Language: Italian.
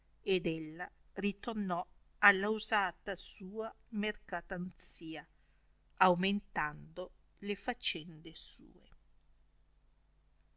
ed ella ritornò alla usata sua mercatanzia aumentando le facende sue